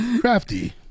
Crafty